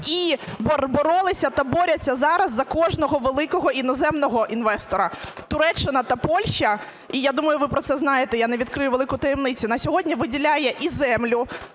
і боролися та борються зараз за кожного великого іноземного інвестора. Туреччина та Польща, і я думаю, ви про це знаєте, я не відкрию велику таємницю, на сьогодні виділяє землю